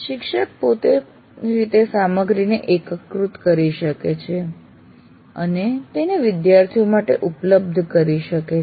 શિક્ષક પોતાની રીતે સામગ્રીને એકીકૃત કરી શકે છે અને તેને વિદ્યાર્થીઓ માટે ઉપલબ્ધ કરી શકે છે